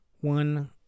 one